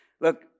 Look